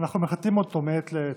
אנחנו מחטאים אותו מעת לעת.